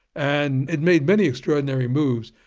and it made many extraordinary moves,